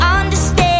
understand